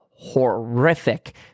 horrific